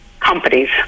companies